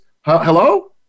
Hello